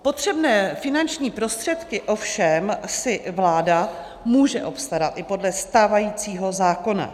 Potřebné finanční prostředky si ovšem vláda může obstarat i podle stávajícího zákona.